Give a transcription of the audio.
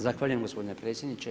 Zahvaljujem gospodine predsjedniče.